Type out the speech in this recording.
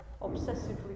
obsessively